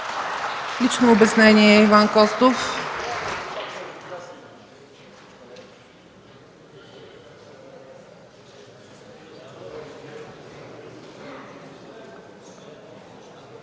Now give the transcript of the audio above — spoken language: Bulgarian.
Лично обяснение – Иван Костов.